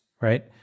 right